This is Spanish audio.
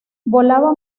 volaba